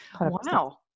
Wow